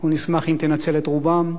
אנחנו נשמח אם תנצל את רובן.